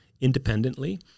independently